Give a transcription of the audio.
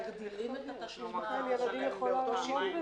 אבל מי יכול לעמוד בזה?